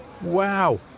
Wow